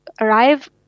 arrive